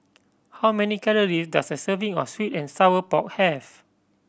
how many calories does a serving of sweet and sour pork have